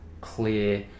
clear